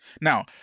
Now